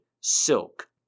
silk